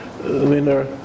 Winner